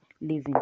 Living